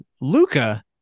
Luca